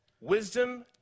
Wisdom